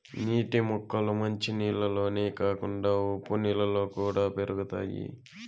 నీటి మొక్కలు మంచి నీళ్ళల్లోనే కాకుండా ఉప్పు నీళ్ళలో కూడా పెరుగుతాయి